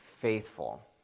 faithful